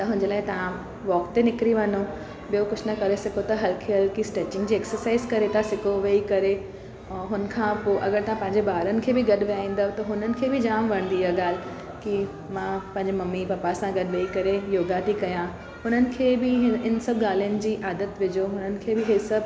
त हुन जे लाइ तव्हां वॉक ते निकरी वञो ॿियो कुझु न करे सघो त हलकी हलकी स्टैचिंग जे एक्सरसाइज़ करे था सघो वेही करे ऐं हुन खां पोइ अगरि तव्हां पंहिंजे ॿारनि खे बि गॾु वेहाईंदव त हुननि खे बि जाम वणंदी इहा ॻाल्हि की मां पंहिंजे मम्मी पापा असां गॾ वेही करे योगा थी कयां हुननि खे बि हिन इन सभु ॻाल्हियुनि जी आदत विझो हन हुननि खे बि इहे सभु